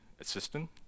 assistant